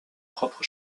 propres